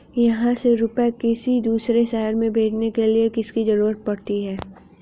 यहाँ से रुपये किसी दूसरे शहर में भेजने के लिए किसकी जरूरत पड़ती है?